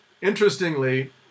Interestingly